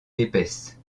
épaisse